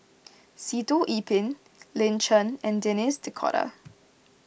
Sitoh Yih Pin Lin Chen and Denis D'Cotta